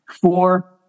four